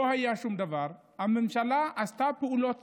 לא היה שום דבר, הממשלה עשתה פעולות